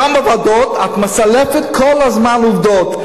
גם בוועדות את מסלפת כל הזמן עובדות.